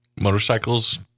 motorcycles